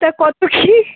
তা কতো কী